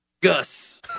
Gus